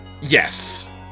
Yes